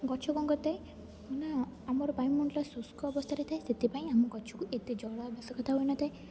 ଗଛ କ'ଣ କରିଥାଏ ନା ଆମର ବାୟୁମଣ୍ଡଳ ଶୁଷ୍କ ଅବସ୍ଥାରେ ଥାଏ ସେଥିପାଇଁ ଆମ ଗଛକୁ ଏତେ ଜଳ ଆବଶ୍ୟକତା ହୋଇନଥାଏ